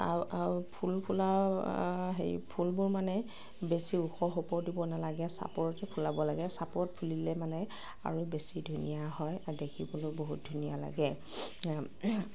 আৰু আৰু ফুল ফুলাৰ হেৰি ফুলবোৰ মানে বেছি ওখ হ'ব দিব নালাগে চাপৰতে ফুলাব লাগে চাপৰত ফুলিলে মানে আৰু বেছি ধুনীয়া হয় দেখিবলৈও বহুত ধুনীয়া লাগে